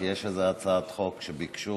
כי יש איזו הצעת חוק שביקשו,